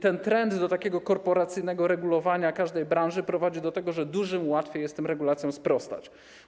Ten trend do takiego korporacyjnego regulowania każdej branży prowadzi do tego, że dużym łatwiej jest tym regulacjom sprostać.